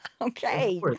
Okay